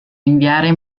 inviare